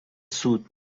سود